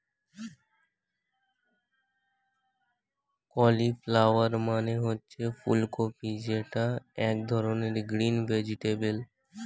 cauliflower মানে হচ্ছে ফুলকপি যেটা এক ধরনের গ্রিন ভেজিটেবল